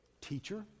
teacher